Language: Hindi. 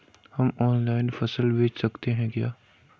हम ऑनलाइन फसल बेच सकते हैं क्या?